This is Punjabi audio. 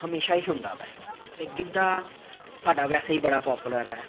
ਹਮੇਸ਼ਾਂ ਹੀ ਹੁੰਦਾ ਵੈ ਅਤੇ ਗਿੱਧਾ ਸਾਡਾ ਵੈਸੇ ਹੀ ਬੜਾ ਪਾਪੂਲਰ ਹੈ